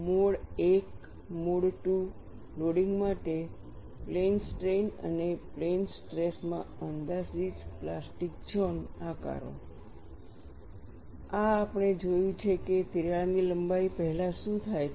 mode 1 અને mode II loading માટે plane strain અને પ્લેન સ્ટ્રેસ માં અંદાજિત પ્લાસ્ટિક ઝોન આકારો આ આપણે જોયું છે કે તિરાડની લંબાઈ પહેલાં શું થાય છે